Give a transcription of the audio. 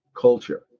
culture